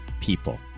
people